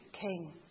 king